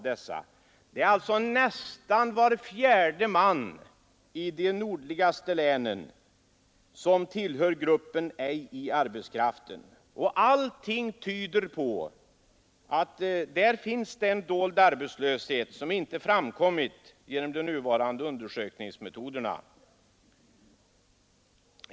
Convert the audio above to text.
Det är alltså nä fjärde man i de nordligaste länen som tillhör gruppen ej i arbetskraften, och allting tyder på att det där finns en dold arbetslöshet som inte framkommit genom de nuvarande undersökningsmetoderna.